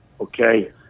Okay